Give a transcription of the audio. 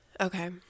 Okay